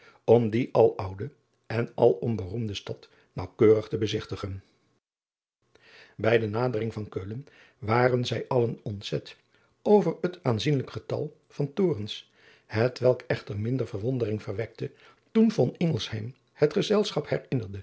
om die aloude en alom beroemde stad naauwkeurig te bezigtigen ij de nadering van eulen waren zij allen ontzet over het aanzienlijk getal van torens hetwelk echter minder verwondering verwekte toen het gezelschap